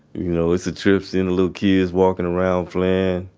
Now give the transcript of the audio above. you know, it's a trip seein' the little kids walkin' around playin'.